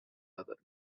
other